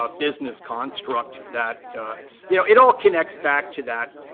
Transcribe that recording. ah business construct that you know, it all connects back to that